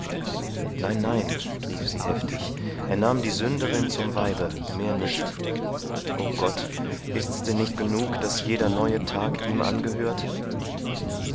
nein nein rief sie heftig er nahm die sünderin zum weibe mehr nicht o gott ist's denn nicht genug daß jeder neue tag ihm angehört